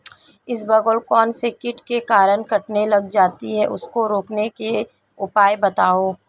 इसबगोल कौनसे कीट के कारण कटने लग जाती है उसको रोकने के उपाय बताओ?